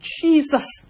Jesus